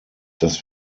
dass